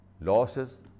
losses